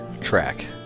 track